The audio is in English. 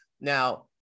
Now